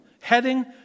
heading